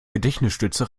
gedächtnisstütze